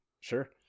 Sure